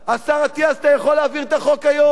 השר אטיאס, אתה יכול להעביר את החוק היום.